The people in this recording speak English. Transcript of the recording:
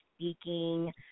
speaking